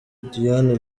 diane